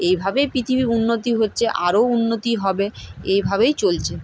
এইভাবেই পৃথিবীর উন্নতি হচ্ছে আরও উন্নতি হবে এইভাবেই চলছে